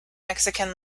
mexican